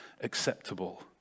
acceptable